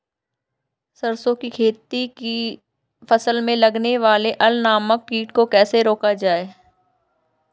सरसों की फसल में लगने वाले अल नामक कीट को कैसे रोका जाए?